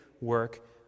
work